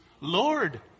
Lord